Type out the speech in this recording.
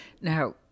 Now